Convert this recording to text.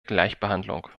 gleichbehandlung